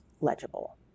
legible